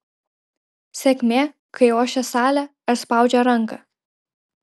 sėkmė kai ošia salė ar spaudžia ranką